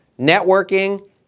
networking